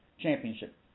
championship